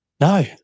No